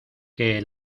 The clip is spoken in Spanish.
que